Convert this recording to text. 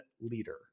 leader